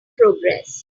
progress